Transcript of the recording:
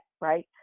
right